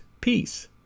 peace